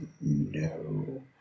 no